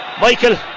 Michael